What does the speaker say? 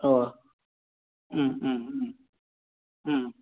ஓ ம் ம் ம் ம்